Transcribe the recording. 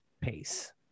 pace